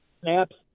snaps